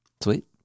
Sweet